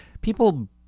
people